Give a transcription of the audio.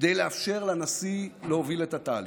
כדי לאפשר לנשיא להוביל את התהליך.